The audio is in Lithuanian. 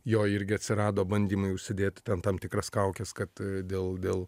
jo irgi atsirado bandymai užsidėt ten tam tikras kaukes kad dėl